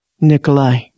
Nikolai